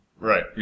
Right